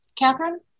Catherine